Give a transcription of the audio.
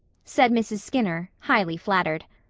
said mrs. skinner, highly flattered.